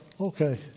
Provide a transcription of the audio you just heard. Okay